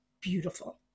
beautiful